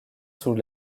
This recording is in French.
sous